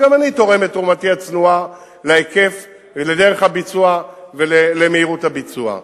וגם אני תורם את תרומתי הצנועה להיקף ולדרך הביצוע ומהירות הביצוע.